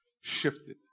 shifted